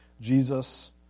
Jesus